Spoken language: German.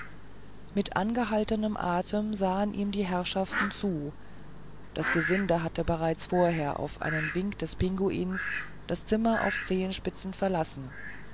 mit angehaltenem atem sahen ihm die herrschaften zu das gesinde hatte bereits vorher auf einen wink des pinguins das zimmer auf zehenspitzen verlassen